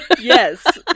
Yes